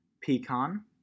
Pecan